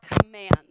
commands